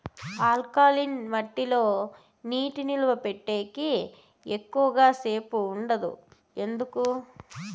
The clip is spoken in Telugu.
ఆల్కలీన్ మట్టి లో నీటి నిలువ పెట్టేకి ఎక్కువగా సేపు ఉండదు ఎందుకు